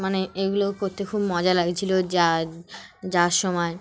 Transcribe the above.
মানে এগুলো করতে খুব মজা লাগেছিলো যা যার সময়